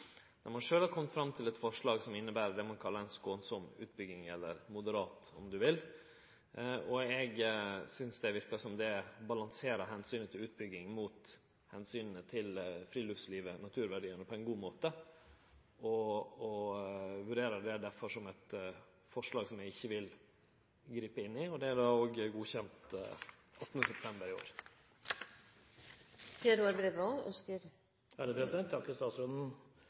der ein sjølve har kome fram til eit forslag som inneber det ein kallar ei skånsam, eller om du vil, moderat, utbygging. Eg synest det verkar som om det balanserer omsynet til utbygging mot omsynet til friluftsliv og naturverdiane på ein god måte, og eg vurderer det difor som eit forslag som eg ikkje vil gripe inn i. Det er også godkjent 18. september i år.